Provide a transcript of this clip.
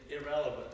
irrelevant